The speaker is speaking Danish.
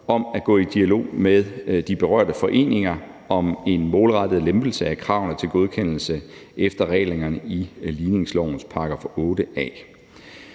om at gå i dialog med de berørte foreninger om en målrettet lempelse af kravene til godkendelse efter reglerne i ligningslovens § 8 A.